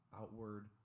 outward